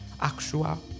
actual